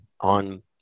on